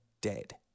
dead